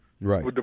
Right